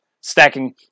stacking